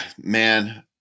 man